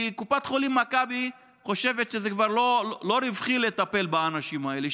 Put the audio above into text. קופת חולים מכבי חושבת שזה כבר לא רווחי לטפל באנשים האלה.